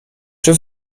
czy